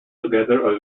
together